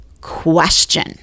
question